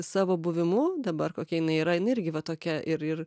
savo buvimu dabar kokia jinai yra jinai irgi va tokia ir ir